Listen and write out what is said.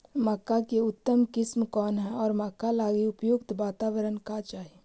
मक्का की उतम किस्म कौन है और मक्का लागि उपयुक्त बाताबरण का चाही?